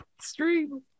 stream